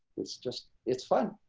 it's just it's fun.